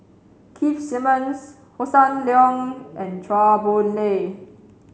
keith Simmons Hossan Leong and Chua Boon Lay